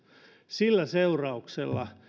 sillä seurauksella